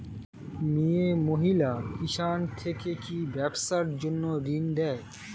মিয়ে মহিলা কিষান থেকে কি ব্যবসার জন্য ঋন দেয়?